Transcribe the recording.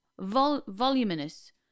voluminous